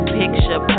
picture